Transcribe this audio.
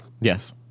Yes